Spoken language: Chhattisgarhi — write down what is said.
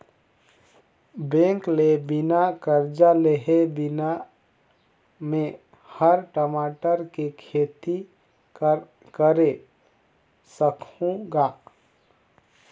बेंक ले बिना करजा लेहे बिना में हर टमाटर के खेती करे सकहुँ गा